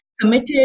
committed